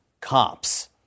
cops